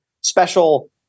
special